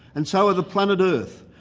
and so are the planet earth,